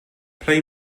play